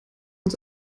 uns